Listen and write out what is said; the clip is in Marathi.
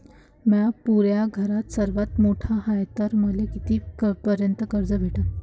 म्या पुऱ्या घरात सर्वांत मोठा हाय तर मले किती पर्यंत कर्ज भेटन?